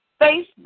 Facebook